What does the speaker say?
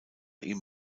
ihm